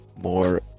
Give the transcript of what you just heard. more